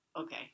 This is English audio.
Okay